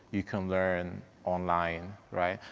you can learn online, right?